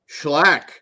Schlack